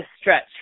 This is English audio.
stretch